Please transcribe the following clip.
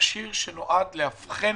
נועד לאבחן